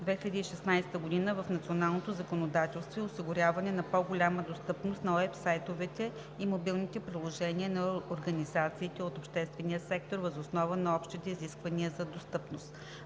2016 г. в националното законодателство и осигуряване на по-голяма достъпност на уебсайтовете и мобилните приложения на организациите от обществения сектор въз основа на общите изисквания за достъпност.